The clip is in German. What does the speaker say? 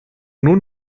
nun